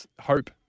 hope